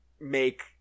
make